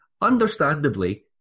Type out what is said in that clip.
understandably